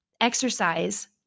exercise